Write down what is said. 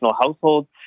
households